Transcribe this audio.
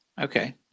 Okay